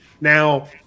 Now